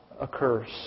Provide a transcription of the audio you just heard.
occurs